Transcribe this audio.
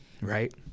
Right